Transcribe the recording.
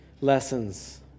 lessons